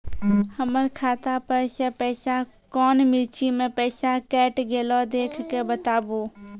हमर खाता पर से पैसा कौन मिर्ची मे पैसा कैट गेलौ देख के बताबू?